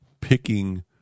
picking